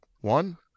One